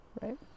right